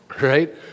Right